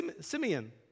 Simeon